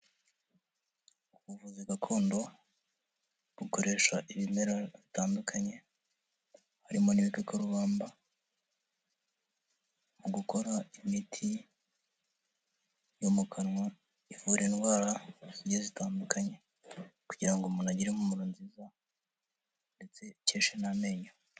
Ubuvuzi gakondo bukoresha ibimera bitandukanye harimo n'ibikakarubamba mu gukora imiti yo mu kanwa ivura indwara zigiye zitandukanye kugira ngo umuntu agire impumuro nziza ndetse akeshe n'amenyo.